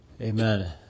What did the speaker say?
Amen